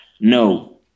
no